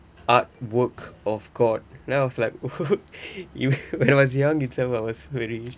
art work of god then I was like what when I was young itself I was very